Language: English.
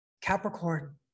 Capricorn